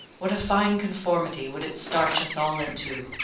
what a fine conformity would it starch us all into!